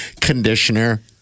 conditioner